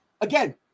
again